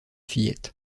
fillette